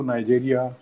Nigeria